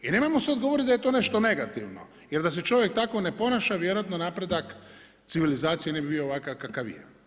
I nemojmo sada govoriti da je to nešto negativno jer da se čovjek tako ne ponaša vjerojatno napredak civilizacije ne bi bio ovakav kakav je.